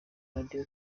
radio